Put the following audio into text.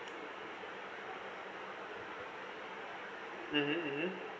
mmhmm mmhmm